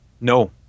No